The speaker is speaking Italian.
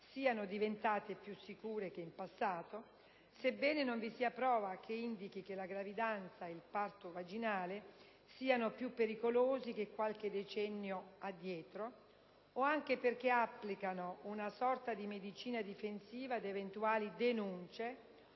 sono diventate più sicure che in passato, sebbene non vi sia prova che indichi che la gravidanza ed il parto vaginale siano più pericolosi che qualche decennio addietro, o anche perché applicano una sorta di medicina difensiva da eventuali denunce